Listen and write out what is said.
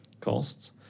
costs